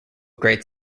great